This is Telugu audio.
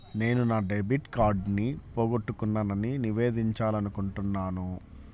నేను నా డెబిట్ కార్డ్ని పోగొట్టుకున్నాని నివేదించాలనుకుంటున్నాను